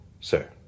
Sir